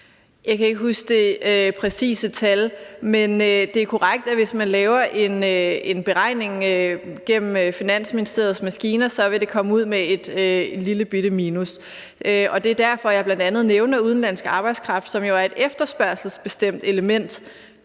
Jeg kan ikke huske det præcise tal, men det er korrekt, at hvis man laver en beregning gennem Finansministeriets maskiner, vil det komme ud med et lillebitte minus. Det er derfor, jeg bl.a. nævner udenlandsk arbejdskraft, som jo er et efterspørgselsbestemt element,